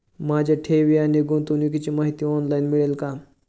माझ्या ठेवी आणि गुंतवणुकीची माहिती ऑनलाइन मिळेल का?